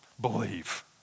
Believe